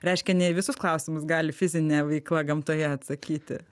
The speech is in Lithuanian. reiškia ne į visus klausimus gali fizinė veikla gamtoje atsakyti